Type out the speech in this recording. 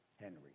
Henry